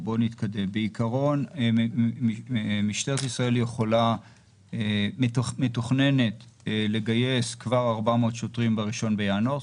בעיקרון משטרת ישראל מתוכננת לגייס כבר 400 שוטרים ב-1 בינואר,